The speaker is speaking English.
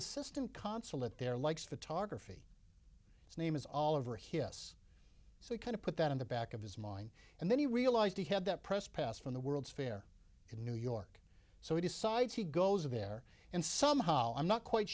assistant consulate there like photography his name is all over here this so it kind of put that in the back of his mind and then he realized he had that press pass from the world's fair in new york so he decides he goes of air and somehow i'm not quite